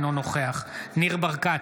אינו נוכח ניר ברקת,